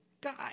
guy